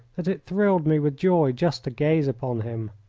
that it thrilled me with joy just to gaze upon him.